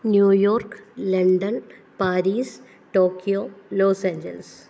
New York London Paris Tokyo Los Angeles